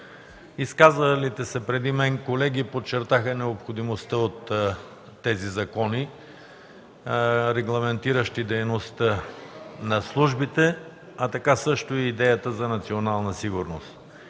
Изказалите се преди мен колеги подчертаха необходимостта от тези закони, регламентиращи дейността на службите, а също и идеята за национална сигурност.